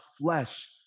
flesh